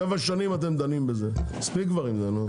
שבע שנים אתם דנים בזה, מספיק כבר עם זה, נו.